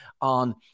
on